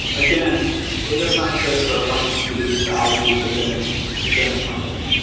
again data scientist are wanting to produce value within within a company.